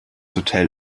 hotel